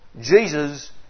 Jesus